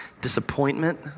disappointment